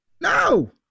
No